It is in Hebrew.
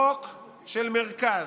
חוק של מרכז,